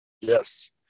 yes